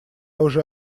уже